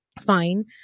fine